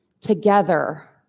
together